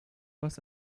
was